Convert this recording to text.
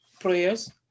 prayers